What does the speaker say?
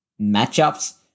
matchups